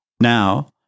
Now